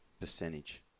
percentage